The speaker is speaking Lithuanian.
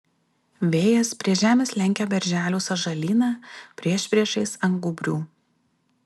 vėjas prie žemės lenkia berželių sąžalyną priešpriešiais ant gūbrių